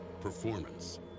Performance